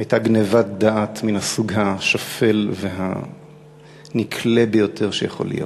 הייתה גנבת דעת מהסוג השפל והנקלה ביותר שיכול להיות.